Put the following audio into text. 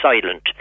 silent